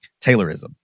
Taylorism